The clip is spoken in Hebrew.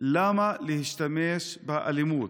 למה להשתמש באלימות?